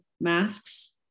masks